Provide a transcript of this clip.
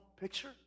picture